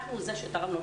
אנחנו אלה שתרמנו למשק.